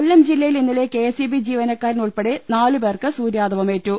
കൊല്ലം ജില്ലയിൽ ഇന്നലെ കെഎസ്ഇബി ജീവനക്കാരൻ ഉൾപ്പെടെ നാലുപേർക്ക് സൂര്യാതപമേറ്റു